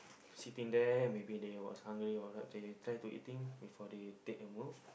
sitting there maybe they was hungry or something they try to eating before they take a move